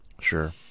Sure